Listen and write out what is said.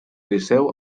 liceu